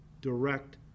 direct